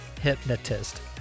hypnotist